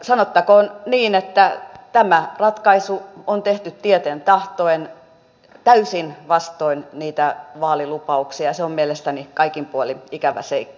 sanottakoon niin että tämä ratkaisu on tehty tieten tahtoen täysin vastoin niitä vaalilupauksia ja se on mielestäni kaikin puolin ikävä seikka